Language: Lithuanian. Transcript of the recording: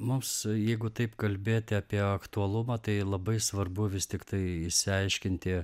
mums jeigu taip kalbėti apie aktualumą tai labai svarbu vis tiktai išsiaiškinti